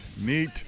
neat